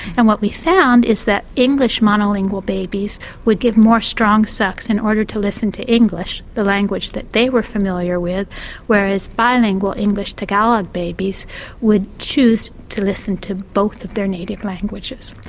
and what we found is that english monolingual babies would give more strong sucks in and order to listen to english the language that they were familiar with whereas bilingual english tagalog babies would choose to listen to both of their native languages.